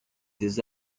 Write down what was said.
des